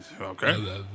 Okay